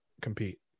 compete